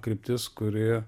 kryptis kuri